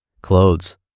clothes